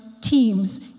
teams